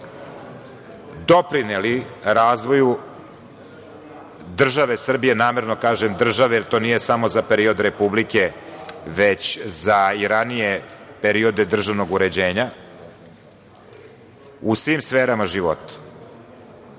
doprineli razvoju države Srbije, namerno kažem države, jer to nije samo za period republike, već za i ranije periode državnog uređenja, u svim sferama života,